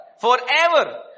forever